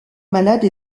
malade